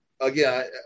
Again